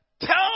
tell